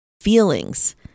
feelings